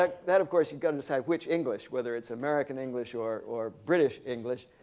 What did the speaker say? like that, of course, you've got to decide which english, whether it's american english or or british english.